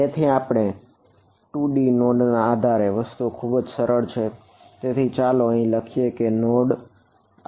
તેથી 2D node આધારિત 2D છે